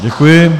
Děkuji.